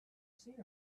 seen